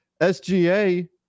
SGA